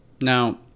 Now